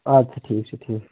اَدٕ سا ٹھیٖک چھُ ٹھیٖک